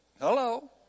Hello